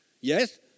Yes